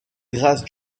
grâce